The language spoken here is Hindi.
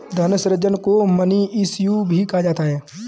धन सृजन को मनी इश्यू भी कहा जाता है